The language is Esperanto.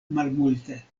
malmulte